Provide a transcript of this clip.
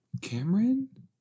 Cameron